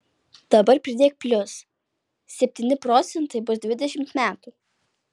dabar pridėk plius septyni procentai bus dvidešimt metų